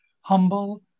humble